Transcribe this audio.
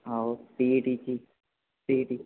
हो सीईटीची C E T